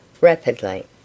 rapidly